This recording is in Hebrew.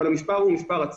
אבל המספר הוא מספר עצום,